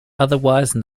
otherwise